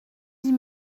dix